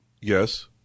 Yes